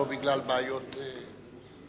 למי בעיות גב?